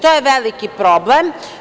To je veliki problem.